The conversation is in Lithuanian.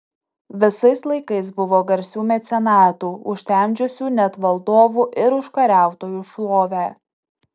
visais laikais buvo garsių mecenatų užtemdžiusių net valdovų ir užkariautojų šlovę